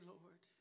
Lord